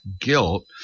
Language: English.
guilt